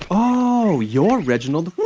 oh, you're reginald